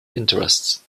interests